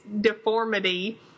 deformity